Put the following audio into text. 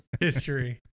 history